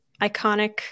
iconic